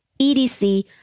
EDC